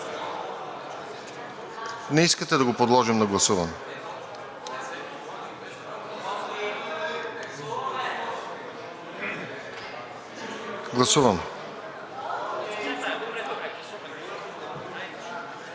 Не искате ли да го подложим на гласуване? Гласуваме.